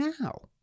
now